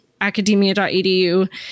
academia.edu